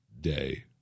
day